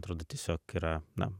atrodo tiesiog yra na